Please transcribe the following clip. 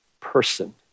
person